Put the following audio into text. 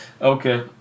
okay